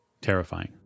terrifying